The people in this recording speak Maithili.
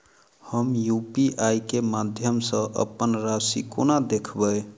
हम यु.पी.आई केँ माध्यम सँ अप्पन राशि कोना देखबै?